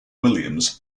williams